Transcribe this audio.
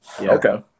Okay